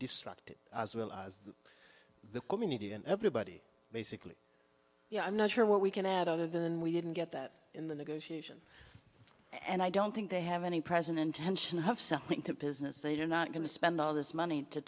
distracted as well as the community and everybody basically you know i'm not sure what we can add other than we didn't get that in the negotiation and i don't think they have any present intention to have something to business say you're not going to spend all this money to